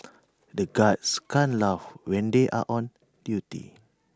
the guards can't laugh when they are on duty